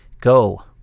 Go